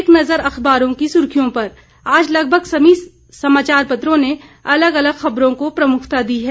एक नज़र अखबारों की सुर्खियों पर आज लगभग सभी समाचार पत्रों ने अलग अलग खबरों को प्रमुखता दी है